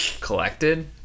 collected